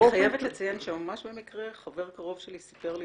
אני חייבת לציין שממש במקרה חבר קרוב שלי סיפר לי